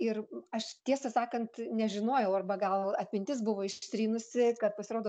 ir aš tiesą sakant nežinojau arba gal atmintis buvo ištrynusi kad pasirodo